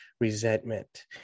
resentment